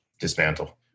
dismantle